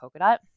Polkadot